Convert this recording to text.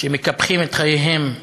שמקפחים את חייהם,